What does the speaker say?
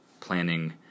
planning